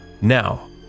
Now